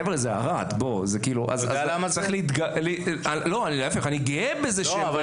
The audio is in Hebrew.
חבר'ה זה ערד, אני גאה בזה שהם באים משם.